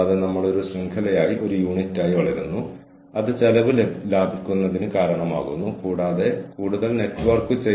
കൂടാതെ ഒരുപക്ഷേ ഇതൊരു ചെറിയ പ്രഭാഷണമായിരിക്കും